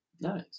nice